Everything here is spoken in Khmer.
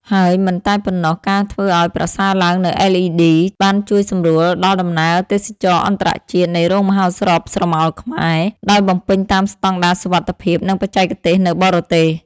ហើយមិនតែប៉ុណ្ណោះការធ្វើឱ្យប្រសើរឡើងនូវ LED បានជួយសម្រួលដល់ដំណើរទេសចរណ៍អន្តរជាតិនៃរោងមហោស្រពស្រមោលខ្មែរ ដោយបំពេញតាមស្តង់ដារសុវត្ថិភាព និងបច្ចេកទេសនៅបរទេស។